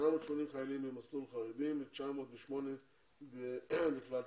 850 חיילים במסלול חרדי ו-908 בכלל צה"ל.